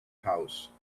house